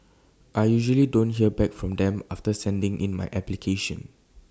I usually don't hear back from them after sending in my application